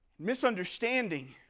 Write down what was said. misunderstanding